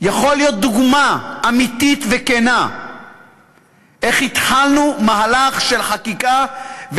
יכול להיות דוגמה אמיתית וכנה של איך התחלנו מהלך של חקיקה,